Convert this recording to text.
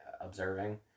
observing